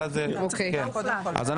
הכנסת אופיר כץ,